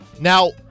Now